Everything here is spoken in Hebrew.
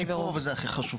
אני פה וזה הכי חשוב.